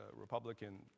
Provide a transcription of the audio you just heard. republican